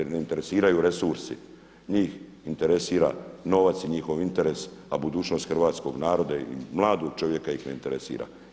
Njih ne interesiraju resursi, njih interesira novac i njihov interes, a budućnost hrvatskoga naroda i mladog čovjeka ih ne interesira.